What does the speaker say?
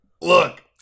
Look